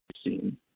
seen